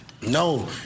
No